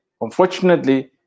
Unfortunately